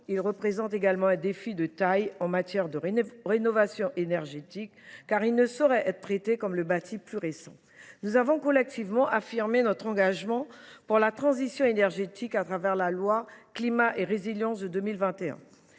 il est également un défi de taille en matière de rénovation énergétique, car il ne saurait être traité comme le bâti plus récent. Nous avons collectivement affirmé notre engagement pour la transition énergétique au travers de la loi Climat et Résilience de 2021.